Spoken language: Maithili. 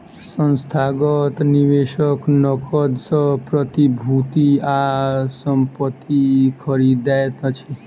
संस्थागत निवेशक नकद सॅ प्रतिभूति आ संपत्ति खरीदैत अछि